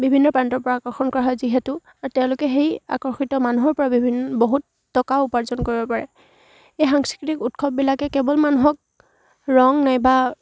বিভিন্ন প্ৰান্তৰ পৰা আকৰ্ষণ কৰা হয় যিহেতু আৰু তেওঁলোকে সেই আকৰ্ষিত মানুহৰ পৰা বিভিন্ন বহুত টকা উপাৰ্জন কৰিব পাৰে এই সাংস্কৃতিক উৎসৱবিলাকে কেৱল মানুহক ৰং নাইবা